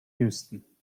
houston